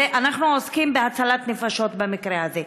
אנחנו עוסקים בהצלת נפשות במקרה הזה.